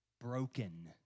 broken